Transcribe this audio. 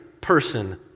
person